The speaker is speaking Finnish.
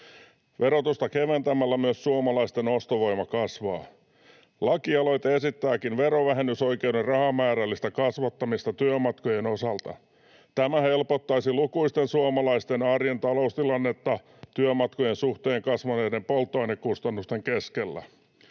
Verotusta keventämällä myös suomalaisten ostovoima kasvaa. Lakialoite esittääkin verovähennysoikeuden rahamäärällistä kasvattamista työmatkojen osalta. Tämä helpottaisi lukuisten suomalaisten arjen taloustilannetta työmatkojen suhteen kasvaneiden polttoainekustannusten keskellä.